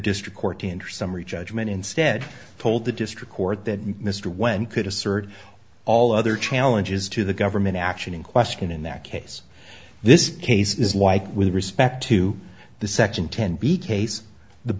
interest summary judgment instead told the district court that mr when could assert all other challenges to the government action in question in that case this case is like with respect to the section ten